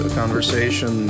conversation